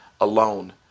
Alone